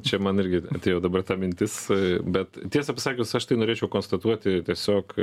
čia man irgi tai va dabar ta mintis bet tiesą pasakius aš tai norėčiau konstatuoti tiesiog